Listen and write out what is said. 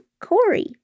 Corey